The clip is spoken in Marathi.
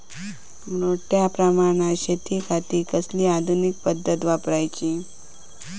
मोठ्या प्रमानात शेतिखाती कसली आधूनिक पद्धत वापराची?